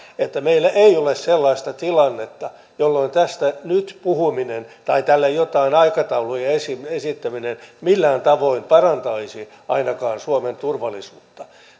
että meillä ei ole sellaista tilannetta jolloin tästä nyt puhuminen tai tälle joidenkin aikataulujen esittäminen millään tavoin parantaisi ainakaan suomen turvallisuutta